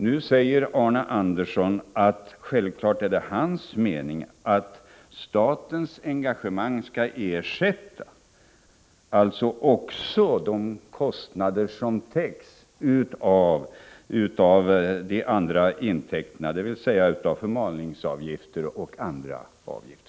Nu säger Arne Andersson att staten enligt hans mening självfallet skall ersätta de kostnader som nu täcks av de andra intäkterna, dvs. förmalningsavgifter o.d.